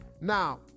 Now